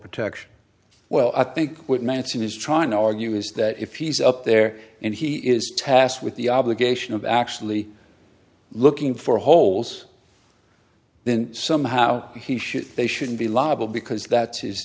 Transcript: protection well i think what manson is trying to argue is that if he's up there and he is tasked with the obligation of actually looking for holes then somehow he should they shouldn't be liable because that's his